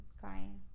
crying